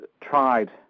tried